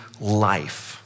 life